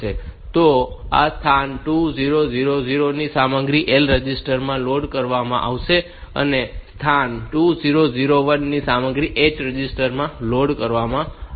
તો આ સ્થાન 2000 ની સામગ્રી L રજિસ્ટર માં લોડ કરવામાં આવશે અને સ્થાન 2001 ની સામગ્રી H રજિસ્ટર માં લોડ કરવામાં આવશે